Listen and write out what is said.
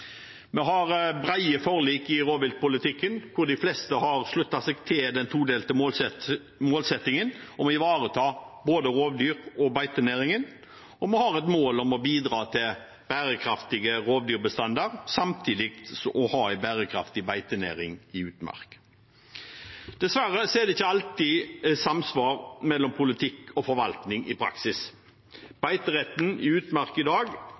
Vi har brede forlik i rovviltpolitikken, der de fleste har sluttet seg til den todelte målsettingen om å ivareta både rovdyr og beitenæringen. Vi har et mål om å bidra til bærekraftige rovdyrbestander samtidig som vi også har en bærekraftig beitenæring i utmark. Dessverre er det ikke alltid samsvar mellom politikk og forvaltning i praksis. Beiteretten i utmark i dag